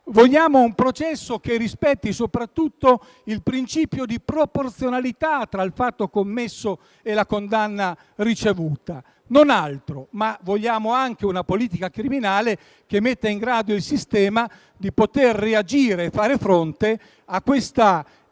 Vogliamo un processo che rispetti soprattutto il principio di proporzionalità tra il fatto commesso e la condanna ricevuta, non altro; vogliamo anche una politica criminale che metta il sistema in grado di reagire e fare fronte a